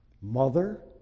mother